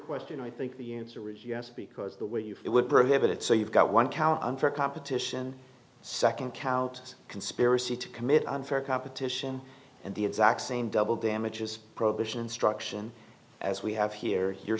question i think the user regime has to because the way you it would prohibit it so you've got one cow unfair competition second count conspiracy to commit unfair competition and the exact same double damages prohibition instruction as we have here you're